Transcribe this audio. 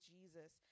Jesus